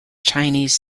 chinese